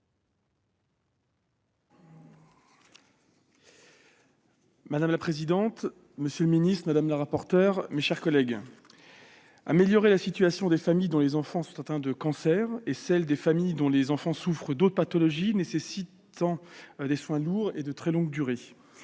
Madame la présidente, monsieur le secrétaire d'État, mes chers collègues, améliorer la situation des familles dont les enfants sont atteints de cancer et celle des familles dont les enfants souffrent d'autres pathologies nécessitant des soins lourds et de très longue durée,